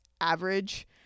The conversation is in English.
average